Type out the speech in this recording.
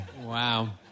Wow